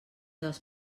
dels